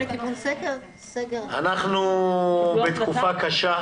אנחנו בתקופה קשה.